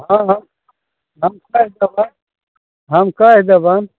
हँ हँ हम कहि देबय हम कहि देबनि